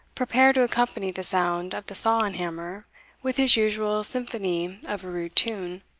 prepare to accompany the sound of the saw and hammer with his usual symphony of a rude tune,